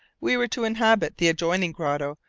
we were to inhabit the adjoining grotto,